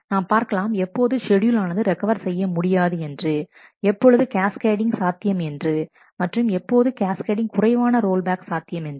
நாம் பார்க்கலாம் எப்போது ஷெட்யூல் ஆனது ரெக்கவர் செய்ய முடியாது என்று எப்பொழுது கேஸ்கேடிங் சாத்தியம் என்று மற்றும் எப்போது கேஸ்கேடிங் குறைவான ரோல் பேக் சாத்தியம் என்று